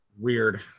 weird